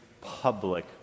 public